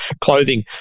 clothing